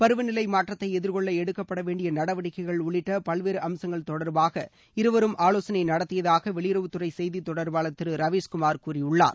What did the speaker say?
பருவநிலை மாற்றத்தை எதிர்கொள்ள எடுக்கப்படவேண்டிய நடவடிக்கைகள் உள்ளிட்ட பல்வேறு அம்சங்கள் தொடர்பாக இருவரும் ஆவோசனை நடத்தியதாக வெளியுறவுத்துறை செய்தி தொடர்பாளர் திரு ரவீஸ் குமார் கூறியுள்ளார்